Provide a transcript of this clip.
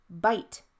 bite